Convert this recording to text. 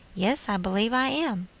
yes, i believe i am.